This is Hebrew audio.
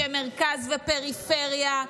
בין אנשי מרכז לפריפריה.